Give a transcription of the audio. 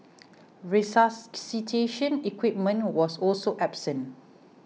resuscitation equipment was also absent